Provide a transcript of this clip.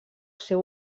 seu